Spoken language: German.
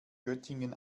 göttingen